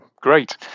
great